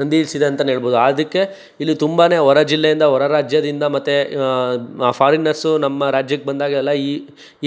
ನಂದಿ ಹಿಲ್ಸಿದೆ ಅಂತಲೇ ಹೇಳಬಹುದು ಅದಕ್ಕೆ ಇಲ್ಲಿ ತುಂಬನೇ ಹೊರ ಜಿಲ್ಲೆಯಿಂದ ಹೊರ ರಾಜ್ಯದಿಂದ ಮತ್ತೆ ಫಾರಿನರ್ಸ್ಸು ನಮ್ಮ ರಾಜ್ಯಕ್ಕೆ ಬಂದಾಗೆಲ್ಲ ಈ